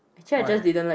why